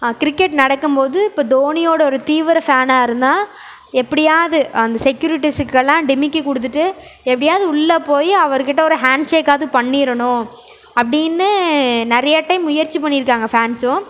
cricket நடக்கும் போது இப்போ தோனியோட ஒரு தீவிர ஃபேனாக இருந்தால் எப்படியாவது அந்த செக்யூரிட்டிஸ்க்கெலாம் டிமிக்கி கொடுத்துட்டு எப்படியாவது உள்ளே போய் அவருக்கிட்டே ஒரு ஹாண் ஷேக்காவது பண்ணிடணும் அப்படின்னு நிறைய டைம் முயற்சி பண்ணியிருக்காங்க ஃபேன்ஸ்ஸும்